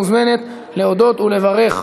מוזמנת להודות ולברך,